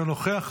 אינו נוכח.